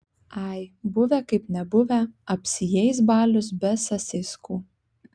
ai buvę kaip nebuvę apsieis balius be sasiskų